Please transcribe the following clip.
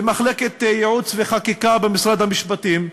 במחלקת ייעוץ וחקיקה במשרד המשפטים,